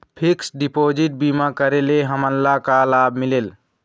Fix deposit बीमा करे ले हमनला का लाभ मिलेल?